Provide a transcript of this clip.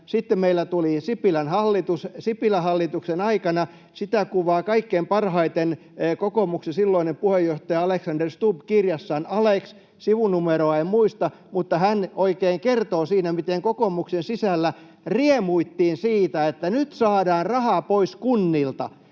Sitten meille tuli Sipilän hallitus. Sipilän hallituksen aikana sitä kuvaa kaikkein parhaiten kokoomuksen silloinen puheenjohtaja Alexander Stubb kirjassaan Alex — sivunumeroa en muista — mutta hän oikein kertoo siinä, miten kokoomuksen sisällä riemuittiin siitä, että nyt saadaan rahaa pois kunnilta,